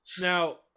Now